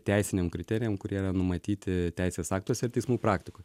teisiniam kriterijam kurie yra numatyti teisės aktuose ir teismų praktikoje